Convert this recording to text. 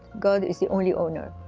god is the only owner.